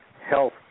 health